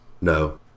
No